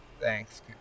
Thanks